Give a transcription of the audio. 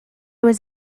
was